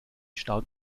stark